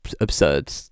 absurd